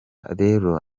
rero